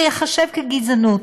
זה ייחשב גזענות.